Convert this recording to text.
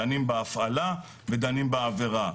דנים בהפעלה ודנים בעבירה.